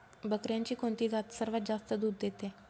बकऱ्यांची कोणती जात सर्वात जास्त दूध देते?